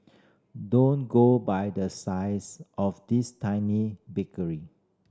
don't go by the size of this tiny bakery